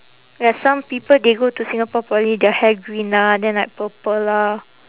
ya some people they go to singapore poly their hair green ah then like purple lah